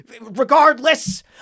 Regardless